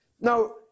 Now